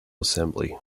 assembly